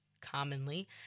commonly